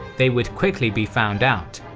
they would quickly be found out.